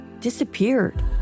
disappeared